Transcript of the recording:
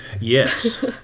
Yes